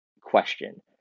question